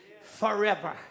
forever